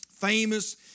famous